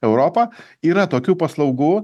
europą yra tokių paslaugų